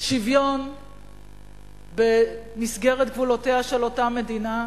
שוויון במסגרת גבולותיה של אותה מדינה,